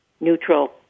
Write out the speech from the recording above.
neutral